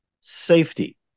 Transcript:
safety